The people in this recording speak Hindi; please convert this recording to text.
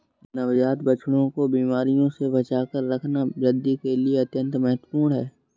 नवजात बछड़ों को बीमारियों से बचाकर रखना वृद्धि के लिए अत्यंत महत्वपूर्ण है